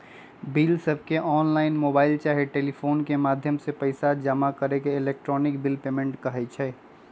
बिलसबके online, mobile चाहे telephone के माध्यम से पइसा जमा के इलेक्ट्रॉनिक बिल पेमेंट कहई छै